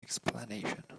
explanation